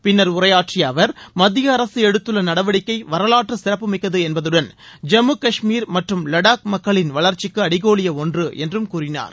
பின்னர் உரையாற்றிய அவர் மத்திய அரசு எடுத்துள்ள நடவடிக்கை வரவாற்று சிறப்புமிக்கது என்பதுடன் ஜம்மு காஷ்மீர் மற்றும் லடாக் மக்களின் வளர்ச்சிக்கு அடிகோலிய ஒன்று என்றும் கூறினார்